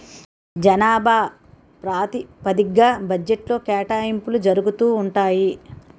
జనాభా ప్రాతిపదిగ్గా బడ్జెట్లో కేటాయింపులు జరుగుతూ ఉంటాయి